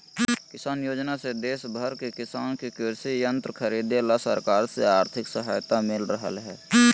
किसान योजना से देश भर के किसान के कृषि यंत्र खरीदे ला सरकार से आर्थिक सहायता मिल रहल हई